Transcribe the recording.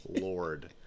Lord